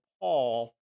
Paul